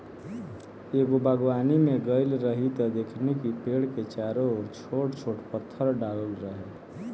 एगो बागवानी में गइल रही त देखनी कि पेड़ के चारो ओर छोट छोट पत्थर डालल रहे